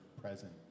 present